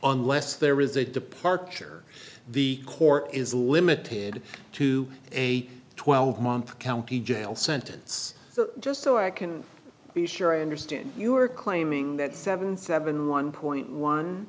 unless there is a departure the court is limited to a twelve month county jail sentence just so i can be sure i understand you are claiming that seven seven one point one